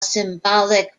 symbolic